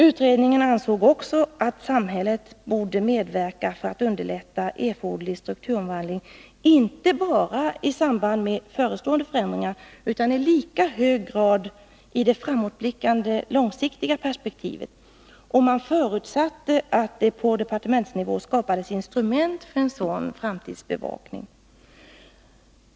Utredningen ansåg också att samhället borde medverka för att underlätta erforderlig strukturomvandling, inte bara i samband med förestående förändringar utan i lika hög grad i det framåtblickande, långsiktiga perspektivet. Man förutsatte att det på departementsnivå skapades instrument för en sådan framtidsbevakning.